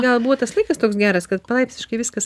gal buvo tas laikas toks geras kad palaipsniškai viskas